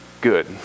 good